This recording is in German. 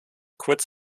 kurz